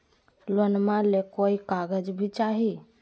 लोनमा ले कोई कागज भी चाही?